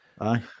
Aye